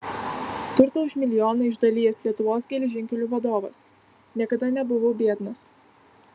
turto už milijoną išdalijęs lietuvos geležinkelių vadovas niekada nebuvau biednas